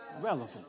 relevant